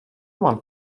mám